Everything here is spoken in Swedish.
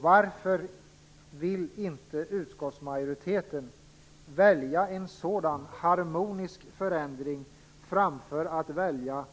Varför vill inte utskottsmajoriteten välja en sådan harmonisk förändring framför att välja